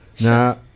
now